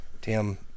Tim